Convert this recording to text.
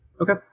Okay